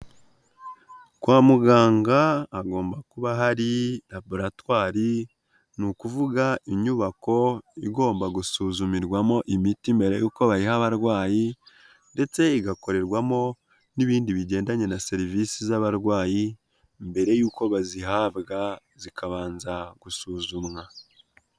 Kwa muganga hagomba kuba hari laboratwari, ni ukuvuga inyubako igomba gusuzumirwamo imiti mbere y'uko bayiha abarwayi ndetse igakorerwamo n'ibindi bigendanye na serivisi z'abarwayi mbere yuko bazihabwa zikabanza gusuzumwa.